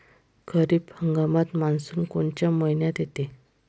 खरीप हंगामात मान्सून कोनच्या मइन्यात येते?